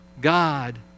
God